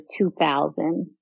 2000